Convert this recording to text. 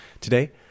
Today